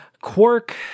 Quark